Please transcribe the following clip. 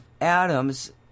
atoms